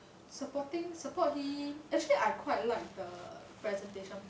supporting support him actually I quite like the presentation